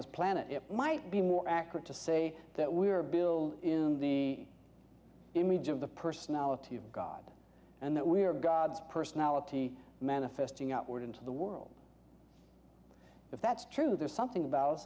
this planet it might be more accurate to say that we are bill in the image of the personality of god and that we are god's personality manifesting outward into the world if that's true there's something about